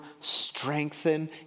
strengthen